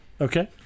okay